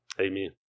Amen